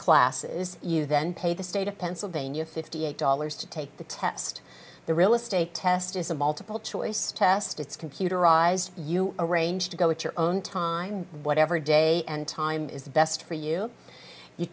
classes you then pay the state of pennsylvania fifty eight dollars to take the test the real estate test is a multiple choice test it's computerized you arrange to go at your own time whatever day and time is the best for you you